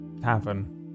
tavern